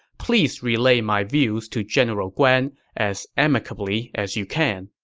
please relay my views to general guan as amicably as you can.